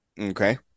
okay